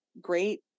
great